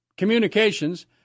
communications